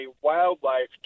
wildlife